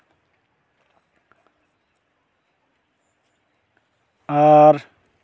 ᱟᱨ